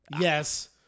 Yes